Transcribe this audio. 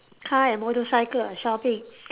car and motorcycle and shopping